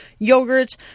yogurts